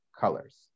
colors